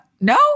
No